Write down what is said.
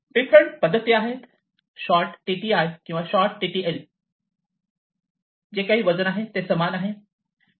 different पद्धती आहेत short TTI TTI's किंवा शॉर्ट टीटीएल लहान जे काही वजन आहे ते समान आहे